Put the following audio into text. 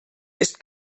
ist